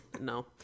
no